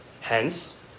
Hence